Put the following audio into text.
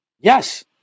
Yes